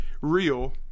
real